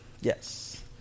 Yes